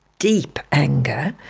deep anger,